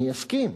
אני אסכים.